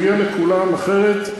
זה מגיע לכולם, אחרת,